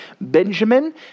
Benjamin